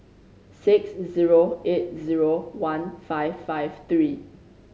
six zero eight zero one five five three